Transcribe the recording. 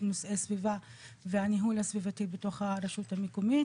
נושאי הסביבה והניהול הסביבתי בתוך הרשות המקומית,